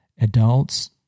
adults